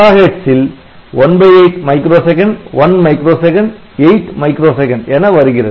8 MHZ ல் 18 µSec 1 µSec 8 µSec என வருகிறது